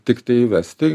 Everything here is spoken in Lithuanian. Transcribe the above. tiktai įvesti